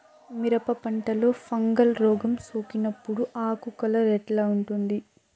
మిరప పంటలో ఫంగల్ రోగం సోకినప్పుడు ఆకు కలర్ ఎట్లా ఉంటుంది?